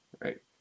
Right